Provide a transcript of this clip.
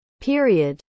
period